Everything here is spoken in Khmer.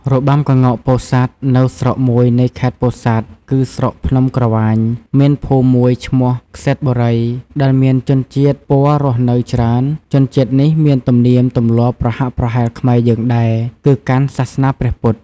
របាំក្ងោកពោធិ៍សាត់នៅស្រុកមួយនៃខេត្តពោធិ៍សាត់គឺ ស្រុកភ្នំក្រវាញមានភូមិមួយឈ្មោះក្សេត្របុរី ដែលមានជនជាតិព័ររស់នៅច្រើន ជនជាតិនេះមានទំនៀមទម្លាប់ប្រហាក់ប្រហែលខ្មែរយើងដែរ គឺកាន់សាសនាព្រះពុទ្ធ។